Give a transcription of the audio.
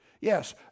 Yes